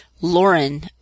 Lauren